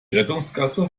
rettungsgasse